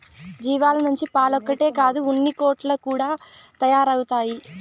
జీవాల నుంచి పాలొక్కటే కాదు ఉన్నికోట్లు కూడా తయారైతవి